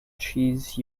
cheese